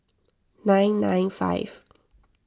nine nine five